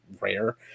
rare